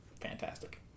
Fantastic